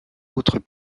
autres